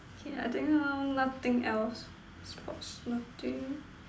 yeah I don't know nothing else sports nothing